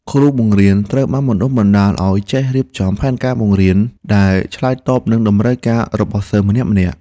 គ្រូបង្រៀនត្រូវបានបណ្តុះបណ្តាលឱ្យចេះរៀបចំផែនការបង្រៀនដែលឆ្លើយតបនឹងតម្រូវការរបស់សិស្សម្នាក់ៗ។